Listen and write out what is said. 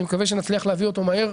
ואני מקווה שנצליח להביא אותו מהר.